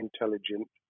intelligent